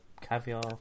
caviar